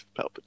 Palpatine